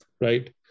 right